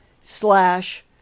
slash